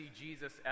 Jesus